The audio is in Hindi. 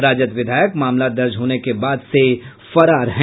राजद विधायक मामला दर्ज होने के बाद फरार है